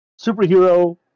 superhero